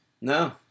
No